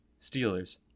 Steelers